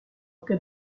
cas